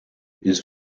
his